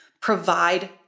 provide